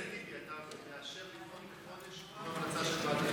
חבר הכנסת טיבי,